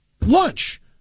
lunch